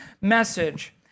message